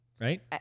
right